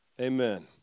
Amen